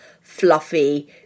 fluffy